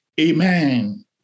Amen